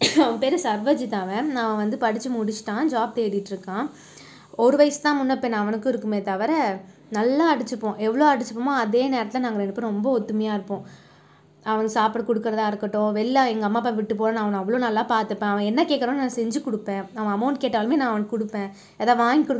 அவன் பேர் சர்வஜித் அவன் நான் வந்து படிச்சு முடிச்சுட்டான் ஜாப் தேடிகிட்டு இருக்கான் ஒரு வயசு தான் முன்னே பின்னே அவனுக்கும் இருக்குமே தவிர நல்லா அடிச்சிப்போம் எவ்வளவு அடிச்சிப்போமோ அதே நேரத்தில் நாங்கள் ரெண்டு பேரும் ரொம்ப ஒத்துமையாக இருப்போம் அவனுக்கு சாப்பிட கொடுக்கிறதா இருக்கட்டும் வெளியில் எங்க அம்மா அப்பா விட்டு போனால் நான் அவ்வளோ நல்லா பார்த்துப்பேன் அவன் என்ன கேக்கிறானோ நான் செஞ்சு கொடுப்பேன் அவன் அமவுண்ட் கேட்டாலும் நான் அவனுக்கு கொடுப்பேன் எதா வாங்கி கொடுன்னா அவனுக்கு வாங்கி கொடுப்பேன்